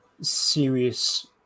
serious